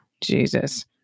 Jesus